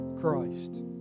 Christ